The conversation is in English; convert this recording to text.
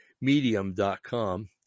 medium.com